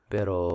Pero